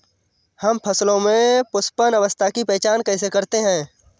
हम फसलों में पुष्पन अवस्था की पहचान कैसे करते हैं?